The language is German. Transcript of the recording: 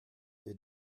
der